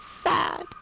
sad